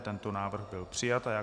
Tento návrh byl přijat.